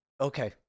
Okay